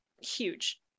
huge